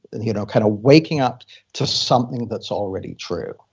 and you know kind of waking up to something that's already true.